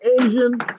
Asian